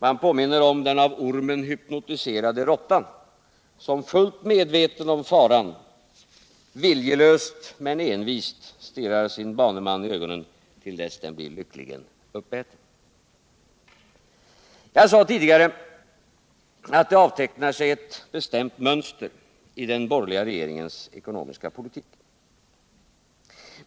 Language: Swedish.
Man påminner om den av ormen hypnotiserade råttan som — fullt medveten om faran — viljelöst men envist stirrar sin baneman i ögonen till dess den blir lyckligen uppäten. Jag sade tidigare att det avtecknar sig ett bestämt mönster i den borgerliga regeringens ekonomiska politik.